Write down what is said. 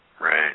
Right